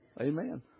Amen